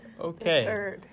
Okay